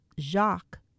Jacques